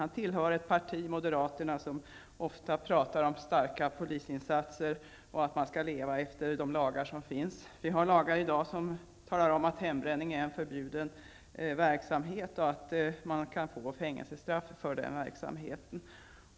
Han tillhör ett parti, moderaterna, som ofta förespråkar stora polisinsatser och att man skall leva efter de lagar som finns. Det finns i dag en lag som förbjuder hembränning. Man kan få fängelsestraff för en sådan verksamhet.